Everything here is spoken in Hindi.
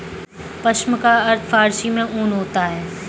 पश्म का अर्थ फारसी में ऊन होता है